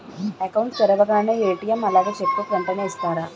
Account తెరవగానే ATM అలాగే cheque book వెంటనే ఇస్తారా?